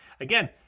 again